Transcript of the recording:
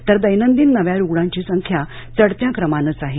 तर दैनंदिन नव्या रुग्णांची संख्या चढत्या क्रमानेच आहे